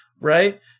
right